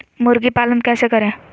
मुर्गी पालन कैसे करें?